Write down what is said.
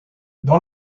dans